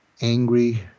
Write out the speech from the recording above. angry